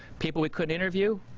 people we couldn't interview,